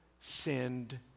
sinned